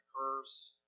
occurs